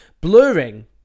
blurring